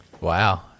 wow